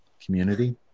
community